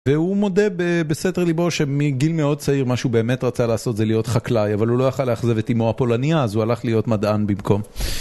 והוא מודה בסתר ליבו שמגיל מאוד צעיר מה שהוא באמת רצה לעשות זה להיות חקלאי אבל הוא לא יכול לאכזב את אימו הפולניה אז הוא הלך להיות מדען במקום.